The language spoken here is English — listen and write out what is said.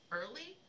early